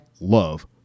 love